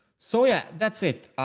so, yeah, that's it.